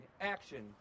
Action